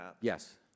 Yes